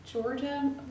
Georgia